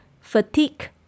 fatigue